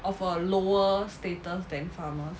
of a lower status than farmers